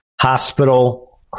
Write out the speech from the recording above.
hospital